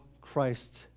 Christ